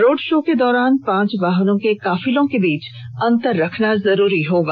road show के दौरान पांच वाहनों के काफिलों के बीच अन्तर रखना जरूरी होगा